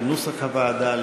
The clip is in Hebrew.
כנוסח הוועדה.